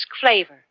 flavor